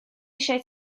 eisiau